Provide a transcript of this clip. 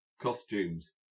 costumes